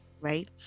right